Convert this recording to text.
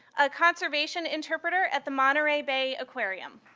a conservation interpreter at the monterey bay aquarium.